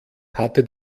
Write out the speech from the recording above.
hatte